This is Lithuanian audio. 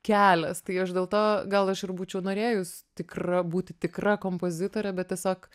kelias tai aš dėl to gal aš ir būčiau norėjus tikra būti tikra kompozitore bet tiesiog